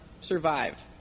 survive